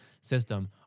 system